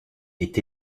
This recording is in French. est